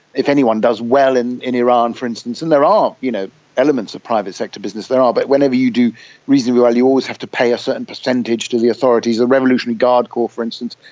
if anyone does well in in iran, for instance, and there are you know elements of private sector business, there are, but whenever you do reasonably well you always have to pay a certain percentage to the authorities. the revolutionary guard corp, for instance,